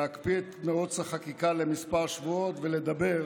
להקפיא את מרוץ החקיקה למספר שבועות ולדבר.